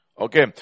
Okay